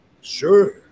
Sure